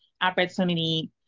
opportunity